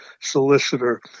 solicitor